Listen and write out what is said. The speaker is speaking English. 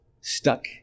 stuck